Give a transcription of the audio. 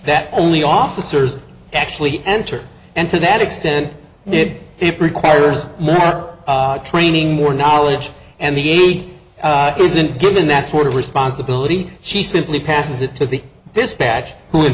that only officers actually enter and to that extent it requires more training more knowledge and the eight isn't given that sort of responsibility she simply passes it to the this batch who in